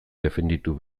defenditu